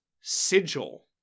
sigil